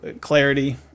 clarity